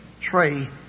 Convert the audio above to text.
tray